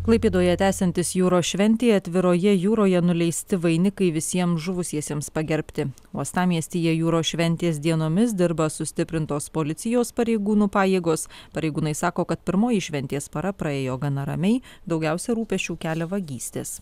klaipėdoje tęsiantis jūros šventei atviroje jūroje nuleisti vainikai visiem žuvusiesiems pagerbti uostamiestyje jūros šventės dienomis dirba sustiprintos policijos pareigūnų pajėgos pareigūnai sako kad pirmoji šventės para praėjo gana ramiai daugiausia rūpesčių kelia vagystės